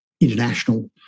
international